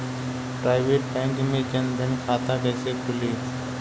Private bank मे जन धन खाता कैसे खुली?